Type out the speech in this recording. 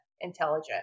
Intelligent